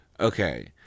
Okay